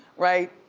right,